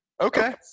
Okay